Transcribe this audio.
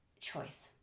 choice